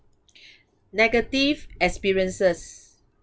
negative experiences